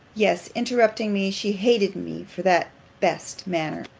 yes, interrupting me, she hated me for that best manner.